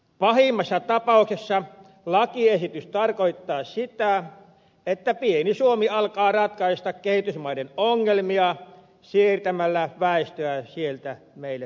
pahimmassa tapauksessa lakiesitys tarkoittaa sitä että pieni suomi alkaa ratkaista kehitysmaiden ongelmia siirtämällä väestöä sieltä meille tänne suomeen